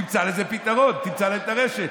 תמצא לזה פתרון, תמצא לזה את הרשת.